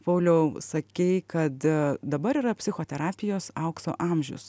pauliau sakei kad dabar yra psichoterapijos aukso amžius